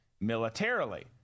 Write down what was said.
militarily